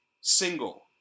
single